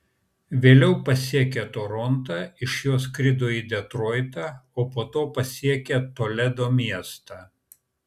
vėliau pasiekė torontą iš jo skrido į detroitą o po to pasiekė toledo miestą